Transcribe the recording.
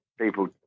people